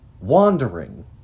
wandering